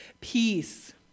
Peace